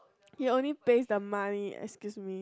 he only pays the money excuse me